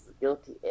guilty